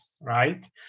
right